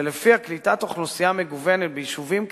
שלפיה קליטת אוכלוסייה מגוונת ביישובים קטנים,